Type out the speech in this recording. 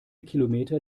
kilometer